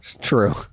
True